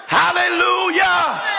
hallelujah